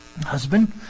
husband